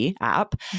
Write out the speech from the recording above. app